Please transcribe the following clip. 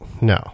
No